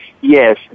yes